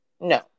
No